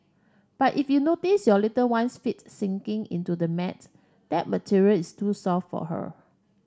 but if you notice your little one's feet's sinking into the mat that material is too soft for her